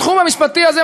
בתחום המשפטי הזה,